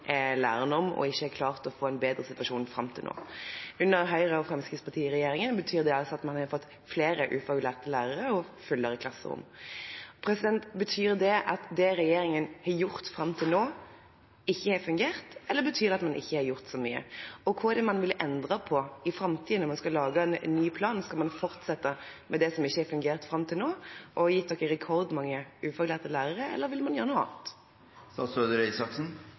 og ikke har klart å få en bedre situasjon fram til nå. Under Høyre–Fremskrittsparti-regjeringen har man altså fått flere ufaglærte lærere og fullere klasserom. Betyr det at det regjeringen har gjort fram til nå, ikke har fungert, eller betyr det at man ikke har gjort så mye? Og hva er det man vil endre på i framtiden når man skal lage en ny plan? Skal man fortsette med det som ikke har fungert fram til nå, og som har gitt oss rekordmange ufaglærte lærere, eller vil man